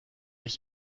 ich